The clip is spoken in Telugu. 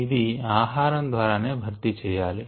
ఇది ఆహారం ద్వారా నే భర్తీ చేయాలి